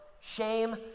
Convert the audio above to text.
shame